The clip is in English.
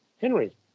Henry